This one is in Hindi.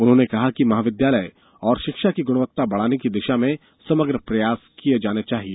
उन्होंने कहा कि महाविद्यालय और शिक्षा की गुणवत्ता बढ़ाने की दिशा में समग्र प्रयास किये जाने चाहिये